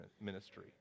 ministry